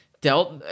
dealt